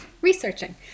researching